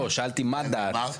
שאלתי מה דעת.